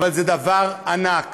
אבל זה דבר ענק.